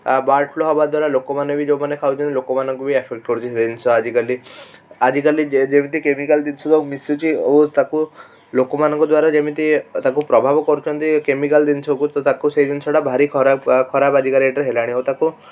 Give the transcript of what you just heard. ଆ bird flu ହବା ଦ୍ଵାରା ଲୋକମାନେ ବି ଯେଉଁମାନେ ଖାଉଛନ୍ତି ଲୋକମାନଙ୍କୁ ବି ଆଫେକ୍ଟ କରୁଛି ସେଇ ଜିନିଷ ଆଜିକାଲି ଆଜିକାଲି ଯେ ଯେମିତି କେମିକାଲ ଜିନିଷ ସବୁ ମିଶୁଛି ଓ ତାକୁ ଲୋକମାନଙ୍କ ଦ୍ଵାରା ଯେମିତି ତାକୁ ପ୍ରଭାବ କରୁଛନ୍ତି କେମିକାଲ ଜିନିଷକୁ ତାକୁ ସେଇ ଜିନିଷଟା ଭାରି ଖରାପ ଖରାପ ଆଜିକା ଡେଟ୍ରେ ହେଲାଣି ଓ ତାକୁ